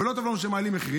לא טוב לנו שמעלים מחירים.